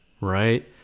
right